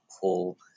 pull